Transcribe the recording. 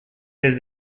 des